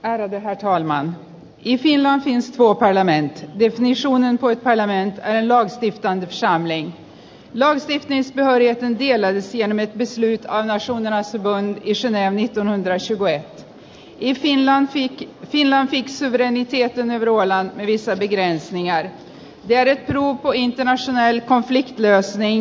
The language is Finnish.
ärade thaimaan ja tilaan jos vuokralainen petri sulonen kuittaa lännen kanssa lei ja sitten ja oli vielä siemenet pysyy aina isovenäläisen isän ääni onhan täysiver itkin antiikki tilaa itselleen joten ehdoilla on episodi kiveen ja y veljet minuun kuin tämä sanaili herr talman